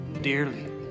dearly